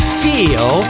feel